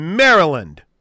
Maryland